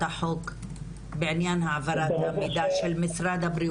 החוק בעניין העברת המידע של משרד הבריאות?